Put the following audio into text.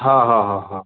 हां हां हां हां